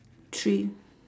three